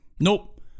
Nope